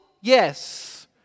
Yes